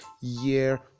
year